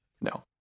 No